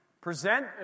Present